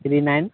three nine